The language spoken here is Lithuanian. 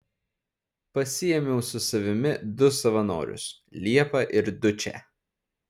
pasiėmiau su savimi du savanorius liepą ir dučę